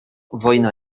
wojna